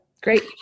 great